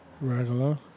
Regular